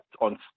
on